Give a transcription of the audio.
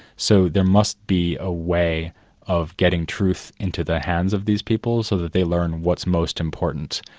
so there must be a way of getting truth into the hands of these people, so that they learn what's most important.